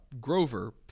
Grover